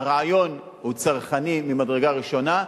הרעיון הוא צרכני ממדרגה ראשונה.